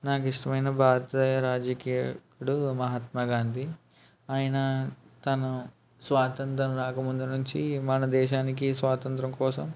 నాకు ఇష్టమైన భారత రాజకీయకుడు మహాత్మాగాంధి ఆయన తను స్వాతంత్రం రాకముందు నుంచి మన దేశానికి స్వాతంత్రం కోసం